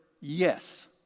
yes